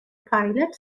pilot